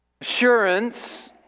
Assurance